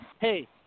hey